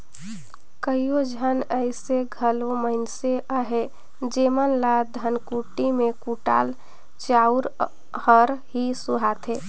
कइयो झन अइसे घलो मइनसे अहें जेमन ल धनकुट्टी में कुटाल चाँउर हर ही सुहाथे